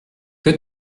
que